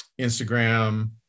Instagram